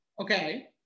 okay